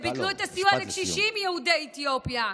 הם ביטלו את הסיוע לקשישים יהודי אתיופיה,